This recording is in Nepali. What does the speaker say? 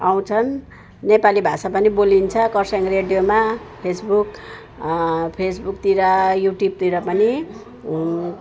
आउँछन् नेपाली भाषा पनि बोलिन्छ कर्सियङ रेडियोमा फेस बुक फेसबुकतिर युट्युबतिर पनि